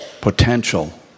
potential